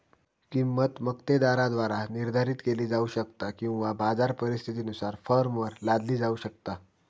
किंमत मक्तेदाराद्वारा निर्धारित केली जाऊ शकता किंवा बाजार परिस्थितीनुसार फर्मवर लादली जाऊ शकता